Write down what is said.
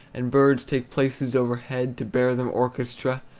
and birds take places overhead, to bear them orchestra,